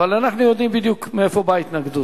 אבל אנחנו יודעים בדיוק מאיפה באה ההתנגדות.